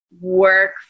work